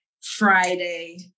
Friday